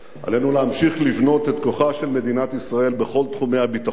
עלינו להמשיך לבנות את כוחה של מדינת ישראל בכל תחומי הביטחון